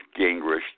Gingrich